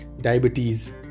diabetes